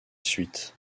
suite